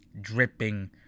dripping